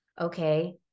okay